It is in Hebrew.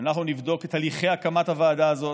ואנחנו נבדוק את הליכי הקמת הוועדה הזאת,